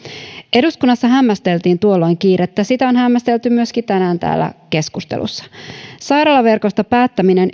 eduskunnassa hämmästeltiin tuolloin kiirettä ja sitä on hämmästelty myöskin tänään täällä keskustelussa sairaalaverkosta päättäminen